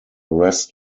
rest